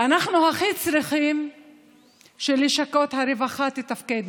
אנחנו הכי צריכים שלשכות הרווחה תתפקדנה.